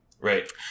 Right